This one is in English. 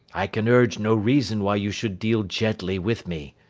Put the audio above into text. i can urge no reason why you should deal gently with me.